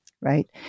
Right